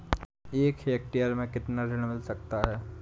एक हेक्टेयर में कितना ऋण मिल सकता है?